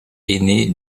aîné